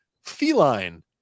feline